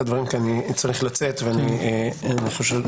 עשיתי טעות --- עשית טעות,